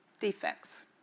defects